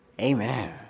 Amen